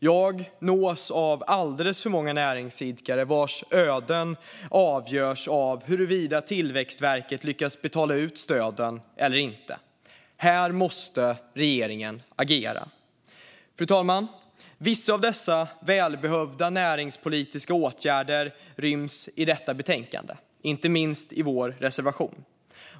Jag nås av alldeles för många näringsidkare vars öden avgörs av huruvida Tillväxtverket lyckas betala ut stöd eller inte. Här måste regeringen agera. Fru talman! Vissa av dessa välbehövda näringspolitiska åtgärder ryms i detta betänkande, inte minst i vår reservation.